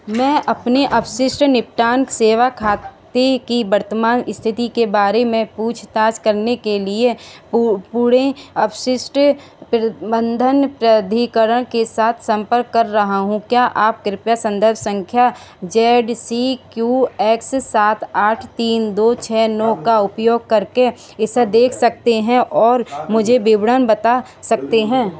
मैं अपने अपशिष्ट निपटान सेवा खाते की वर्तमान स्थिति के बारे में पूछताछ करने के लिए अपशिष्ट प्रबंधन प्राधिकरण के साथ संपर्क कर रहा हूँ क्या आप कृपया संदर्भ संख्या जेड सी क्यू एक्स सात आठ तीन दो नौ का उपयोग करके इसे देख सकते हैं और मुझे विवरण बता सकते हैं